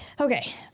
okay